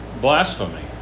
blasphemy